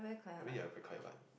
I mean you are very quiet